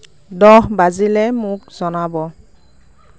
দহ বাজিলে মোক জনাব